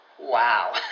Wow